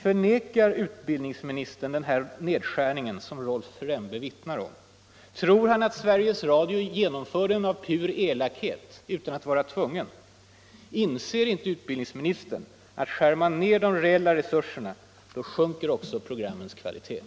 Förnekar utbildningsministern den här nerskärningen som Rolf Rembe vittnar om? Tror han att Sveriges Radio genomför den av elakhet utan att vara tvungen? Inser inte utbildningsministern att om man skär ner de reella resurserna så sjunker också programmens kvalitet?